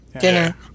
dinner